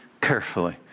carefully